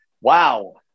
wow